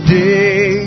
day